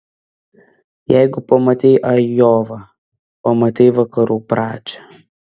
jeigu pamatei ajovą pamatei vakarų pradžią